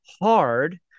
hard